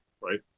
Right